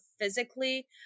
physically